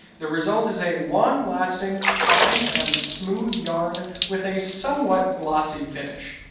the result is a long lasting fine and smooth yarn with a somewhat glossy finish.